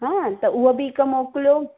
हां त उहो बि हिकु मोकिलियो